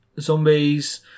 zombies